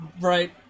Right